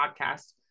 podcast